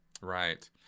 Right